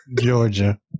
Georgia